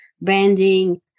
branding